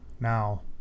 now